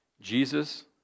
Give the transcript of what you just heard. Jesus